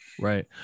Right